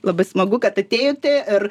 labai smagu kad atėjote ir